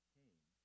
came